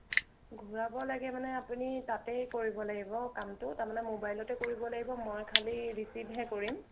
ঘূৰাব লাগে মানে আপুনি তাতেই কৰিব লাগিব কামটো তাৰমানে মোবাইলতে কৰিব লাগিব মই খালি ৰিচিভহে কৰিম